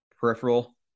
Peripheral